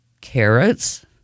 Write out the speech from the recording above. carrots